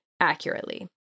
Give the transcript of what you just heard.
Accurately